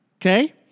Okay